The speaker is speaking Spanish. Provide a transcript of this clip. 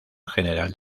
general